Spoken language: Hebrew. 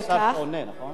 אין שר שעונה, נכון?